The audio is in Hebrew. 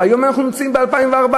היום אנחנו נמצאים ב-2014,